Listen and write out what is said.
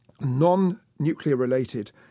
non-nuclear-related